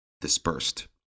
dispersed